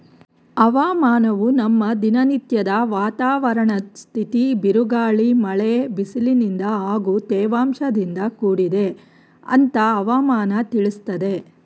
ಹವಾಮಾನವು ನಮ್ಮ ದಿನನತ್ಯದ ವಾತಾವರಣದ್ ಸ್ಥಿತಿ ಬಿರುಗಾಳಿ ಮಳೆ ಬಿಸಿಲಿನಿಂದ ಹಾಗೂ ತೇವಾಂಶದಿಂದ ಕೂಡಿದೆ ಅಂತ ಹವಾಮನ ತಿಳಿಸ್ತದೆ